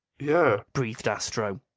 yeah, breathed astro,